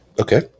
okay